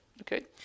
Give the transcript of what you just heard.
okay